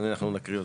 אנחנו נקריא אותו.